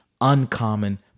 uncommon